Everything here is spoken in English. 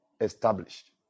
established